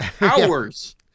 Hours